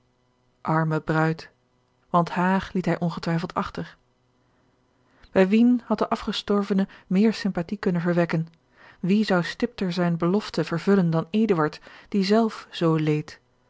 arme bruid want haar liet hij ongetwijfeld achter bij wien had de afgestorvene meer sympathie kunnen verwekken wie zou stipter zijne belofte vervullen dan eduard die zelf zoo leed